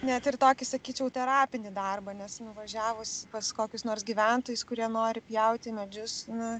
net ir tokį sakyčiau terapinį darbą nes nuvažiavus pas kokius nors gyventojus kurie nori pjauti medžius na